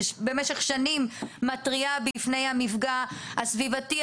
שבמשך שנים מתריעה בפני המפגע הסביבתי,